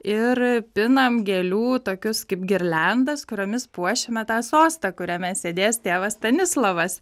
ir pinam gėlių tokias kaip girliandas kuriomis puošime tą sostą kuriame sėdės tėvas stanislovas